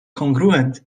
congruent